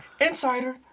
Insider